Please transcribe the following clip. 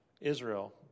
Israel